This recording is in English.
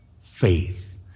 faith